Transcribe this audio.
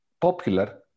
popular